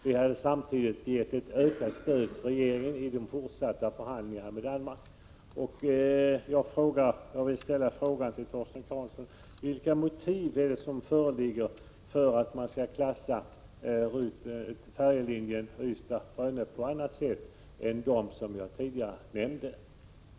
Vi hade samtidigt gett ett ökat stöd till regeringen i de fortsatta förhandlingarna med Danmark. Vilka motiv föreligger, Torsten Karlsson, för att färjelinjen Ystad— Rönne skall klassificeras på annat sätt än de linjer som jag tidigare nämnde?